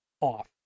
off